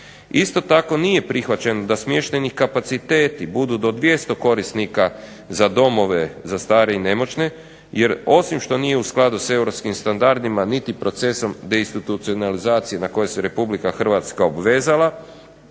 Isto tako nije prihvaćeno da smještajni kapaciteti budu do 200 korisnika za domove za stare i nemoćne jer osim što nije u skladu s europskim standardima niti procesom deinstitucionalizacije na koju se Republika Hrvatska obvezala